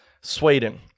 Sweden